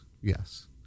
Yes